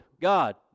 God